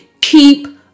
Keep